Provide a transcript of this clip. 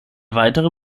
weitere